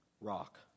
rock